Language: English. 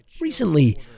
Recently